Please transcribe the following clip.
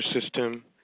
system